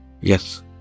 Yes